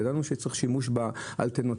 ידענו שצריך שימוש באנטנות,